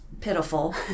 pitiful